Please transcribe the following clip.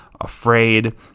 afraid